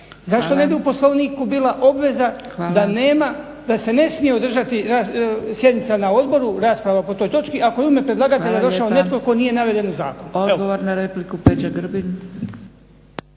Zašto ne bi u Poslovniku bila obveza da se ne smije održati sjednica na odboru, rasprava o toj točki ako je u ime predlagatelja došao netko tko nije naveden u zakonu.